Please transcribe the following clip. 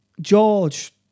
George